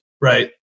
right